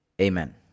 Amen